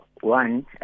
One